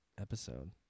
episode